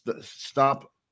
stop